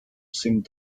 seemed